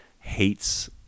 hates